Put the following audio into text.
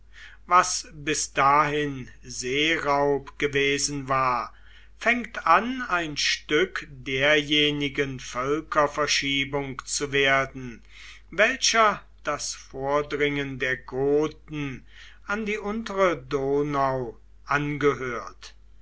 was bis dahin seeraub gewesen war fängt an ein stück derjenigen völkerverschiebung zu werden welcher das vordringen der goten an die untere donau angehört